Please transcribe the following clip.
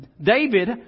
David